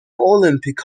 olympic